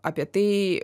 apie tai